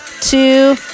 two